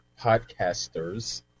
podcasters